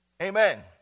Amen